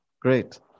Great